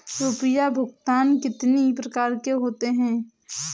रुपया भुगतान कितनी प्रकार के होते हैं?